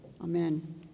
Amen